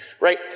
Right